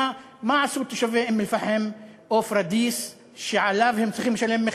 כי מה עשו תושבי אום-אלפחם או פוריידיס שעליו הם צריכים לשלם מחיר?